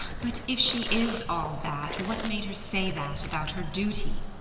but if she is all that what made her say that about her duty?